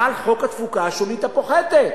חל חוק התפוקה השולית הפוחתת.